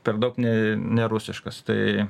per daug ne nerusiškas tai